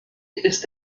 ist